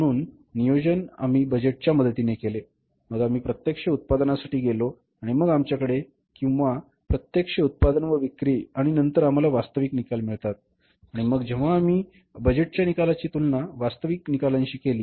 म्हणून नियोजन आम्ही बजेटच्या मदतीने केले मग आम्ही प्रत्यक्ष उत्पादनासाठी गेलो आणि मग आमच्याकडे किंवा प्रत्यक्ष उत्पादन व विक्री आणि नंतर आम्हाला वास्तविक निकाल मिळतात आणि मग जेव्हा आम्ही बजेटच्या निकालांची तुलना वास्तविक निकालांशी केली